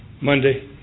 Monday